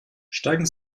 steigen